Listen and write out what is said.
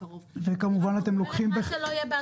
כשקראתי את